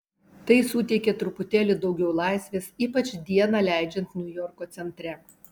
tai suteikia truputėlį daugiau laisvės ypač dieną leidžiant niujorko centre